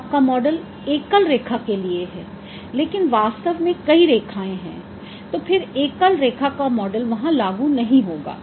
आपका मॉडल एकल रेखा के लिए है लेकिन वास्तव में कई रेखाएँ हैं तो फिर एकल रेखा का मॉडल वहां लागू नहीं होगा